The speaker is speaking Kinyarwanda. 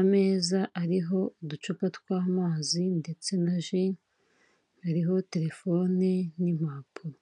ameza ariho uducupa tw'amazi ndetse na ji, hariho telefone n'impapuro.